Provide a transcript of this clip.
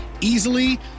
easily